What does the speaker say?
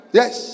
yes